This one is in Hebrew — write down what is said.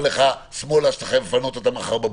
לך שמאלה שאתה חייב לפנות אותם מחר בבוקר.